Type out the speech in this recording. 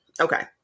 okay